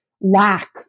lack